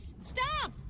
Stop